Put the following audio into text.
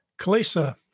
kalisa